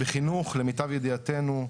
בחינוך למיטב ידיעתנו,